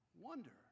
wonder